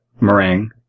meringue